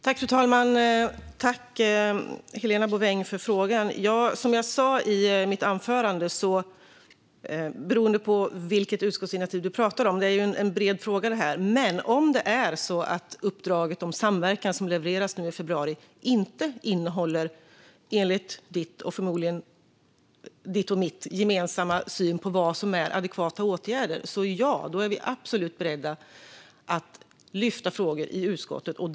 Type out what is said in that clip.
Fru talman! Tack, Helena Bouveng, för frågan! Jag var inne på detta i mitt anförande. Det beror på vilket utskottsinitiativ du, Helena Bouveng, talar om - det här är ju en bred fråga. Men om det är så att det uppdrag om samverkan som levereras nu i februari enligt din och min förmodligen gemensamma syn inte innehåller adekvata åtgärder är vi absolut beredda att ta upp frågor i utskottet.